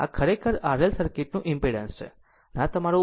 આ ખરેખર આ RL સર્કિટનું ઈમ્પેડંસ છે